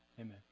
Amen